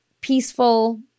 peaceful